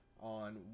on